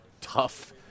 tough